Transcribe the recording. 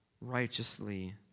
righteously